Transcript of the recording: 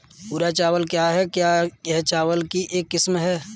भूरा चावल क्या है? क्या यह चावल की एक किस्म है?